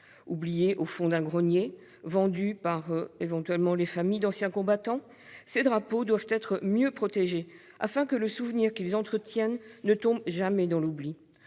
Oubliés au fond d'un grenier, parfois vendus par les familles d'anciens combattants, ces drapeaux doivent être mieux protégés, afin que le souvenir qu'ils entretiennent ne s'efface jamais. Rappelons